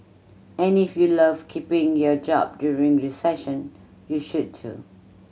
and if you love keeping your job during recession you should too